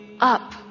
up